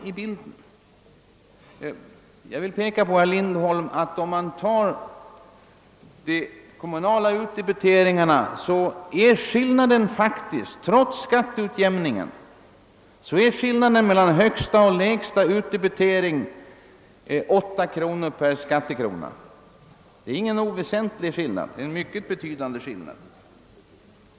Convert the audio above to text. Skillnaden mellan den högsta och den lägsta kommunala utdebiteringen är faktiskt, trots skatteutjämningen, 8 kronor per skattekrona. Det är en mycket betydande skillnad.